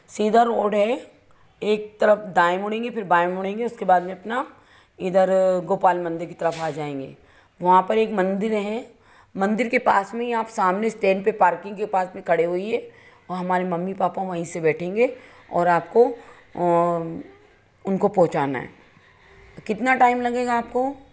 सीधा रोड है एक तरफ दाएँ मुड़ेगे फ़िर बाएँ मुड़ेगे उसके बाद में अपना इधर गोपाल गोपाल मंदिर कि तरफ आजाएँगे वहाँ पर एक मंदिर है मंदिर के पास में ही आप सामने स्टैंड के पार्किंग के पास में खड़े होइए और हमारे मम्मी पापा वहीं से बैठेंगे और आपको उनको पहुँचाना है कितना टाइम लगेगा आपको